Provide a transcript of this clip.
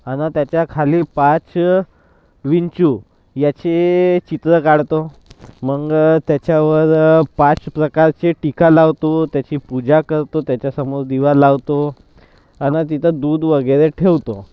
आणि त्याच्याखाली पाच विंचू याचे चित्र काढतो मग त्याच्यावर पाच प्रकारचे टीका लावतो त्याची पूजा करतो त्याच्यासमोर दिवा लावतो आणि तिथं दूध वगैरे ठेवतो